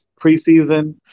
preseason